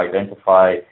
identify